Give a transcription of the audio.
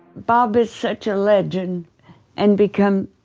bob is such a legend and become